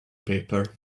paper